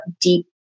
deep